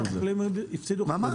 מה?